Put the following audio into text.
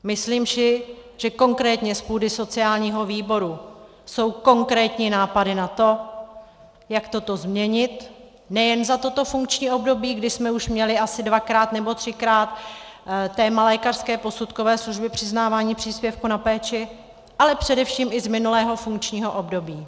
Myslím si, že konkrétně z půdy sociálního výboru jsou konkrétní nápady na to, jak toto změnit nejen za toto funkční období, kdy jsme už měli asi dvakrát nebo třikrát téma lékařské posudkové služby, přiznávání příspěvku na péči, ale především i z minulého funkčního období.